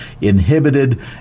inhibited